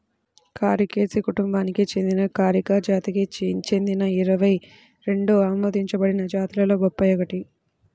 కారికేసి కుటుంబానికి చెందిన కారికా జాతికి చెందిన ఇరవై రెండు ఆమోదించబడిన జాతులలో బొప్పాయి ఒకటి